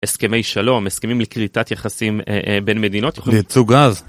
הסכמי שלום, הסכמים לכריתת יחסים בין מדינות. לייצוא גז.